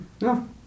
No